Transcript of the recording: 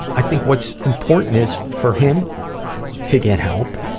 and i think what's important is, for him to get help.